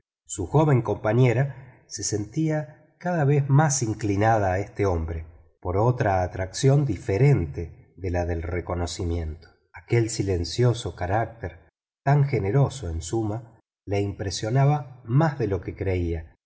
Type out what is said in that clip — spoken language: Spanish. su joven compañera se sentía cada vez más inclinada a este hombre por otra atracción diferente de la del reconocimiento aquel silencioso carácter tan generoso en suma le impresionaba más de lo que creía